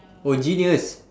oh genius